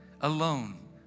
alone